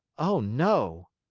oh, no!